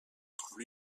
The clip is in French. trouve